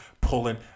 pulling